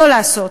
שלא לעשות.